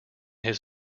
his